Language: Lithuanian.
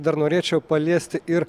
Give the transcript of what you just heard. dar norėčiau paliesti ir